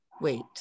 wait